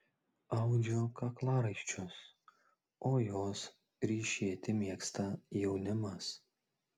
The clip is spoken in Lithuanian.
audžiu kaklaraiščius o juos ryšėti mėgsta jaunimas